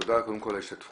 תודה, קודם כל, על ההשתתפות.